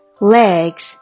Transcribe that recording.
legs